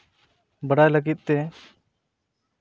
ᱵᱟᱰᱟᱭ ᱞᱟᱹᱜᱤᱫ ᱛᱮ